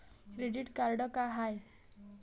Credit card का हाय?